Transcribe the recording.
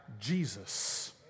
Jesus